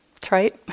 trite